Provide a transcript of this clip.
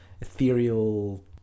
ethereal